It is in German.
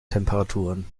temperaturen